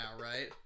right